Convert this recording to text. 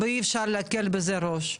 ואי אפשר להקל בזה ראש.